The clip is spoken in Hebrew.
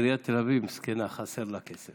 עיריית תל אביב מסכנה, חסר לה כסף.